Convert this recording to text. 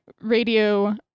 radio